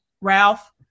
Ralph